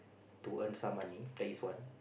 to earn some money that is one